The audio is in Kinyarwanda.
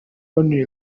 only